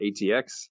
ATX